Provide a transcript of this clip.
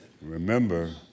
Remember